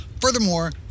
Furthermore